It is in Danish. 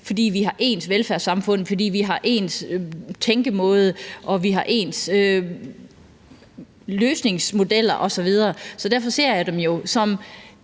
Fordi vi har ens velfærdssamfund, fordi vi har ens tænkemåde, og fordi vi har ens løsningsmodeller osv., ser jeg de nordiske